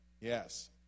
Yes